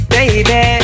Baby